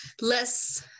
less